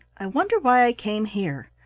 i wonder why i came here?